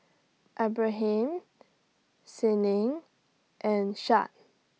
Ibrahim Senin and Syed